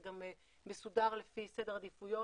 זה גם מסודר לפי סדר עדיפויות,